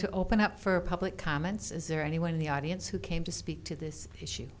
to open up for public comments is there anyone in the audience who came to speak to this issue